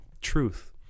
truth